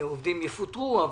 שהעובדים יפוטרו.